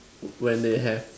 when when they have